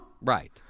Right